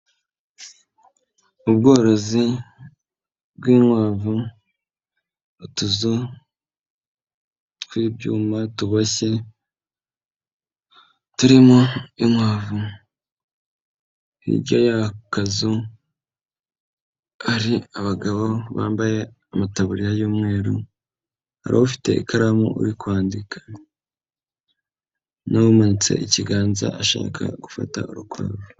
Ubworozi bw'inkwavu, utuzu tw'ibyuma tuboshye turimo inkwavu, hirya y'akazu hari abagabo bambaye amataburiya y'umweru, hari ufite ikaramu uri kwandika n'umanitse ikiganza ashaka gufata urukwavu.